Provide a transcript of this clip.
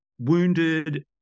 wounded